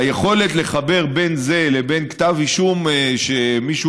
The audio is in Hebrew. היכולת לחבר בין זה לבין כתב אישום שמישהו